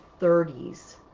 30s